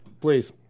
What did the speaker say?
please